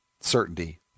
certainty